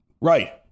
Right